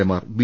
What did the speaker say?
എമാർ ബി